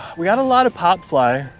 we got a lot of pop fly.